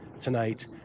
tonight